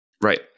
Right